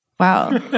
Wow